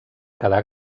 quedar